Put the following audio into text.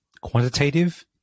quantitative